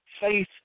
Faith